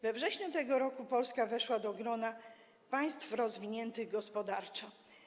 We wrześniu tego roku Polska weszła do grona państw rozwiniętych gospodarczo.